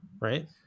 Right